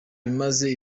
bimaze